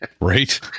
right